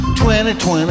2020